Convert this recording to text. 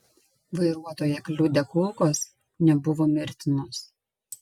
vairuotoją kliudę kulkos nebuvo mirtinos